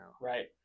right